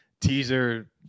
teaser